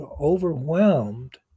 overwhelmed